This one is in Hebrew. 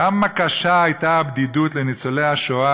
כמה קשה הייתה הבדידות לניצולי השואה